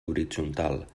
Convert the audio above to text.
horitzontal